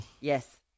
Yes